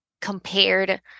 compared